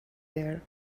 there